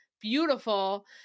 beautiful